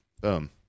Boom